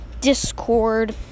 Discord